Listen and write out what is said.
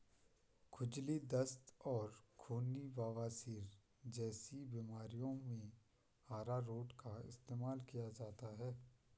खुजली, दस्त और खूनी बवासीर जैसी बीमारियों में अरारोट का इस्तेमाल किया जाता है